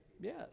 Yes